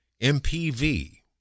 MPV